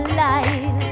life